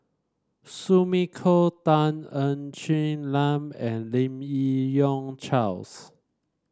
Sumiko Tan Ng Quee Lam and Lim Yi Yong Charles